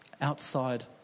outside